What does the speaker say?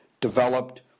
developed